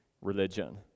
religion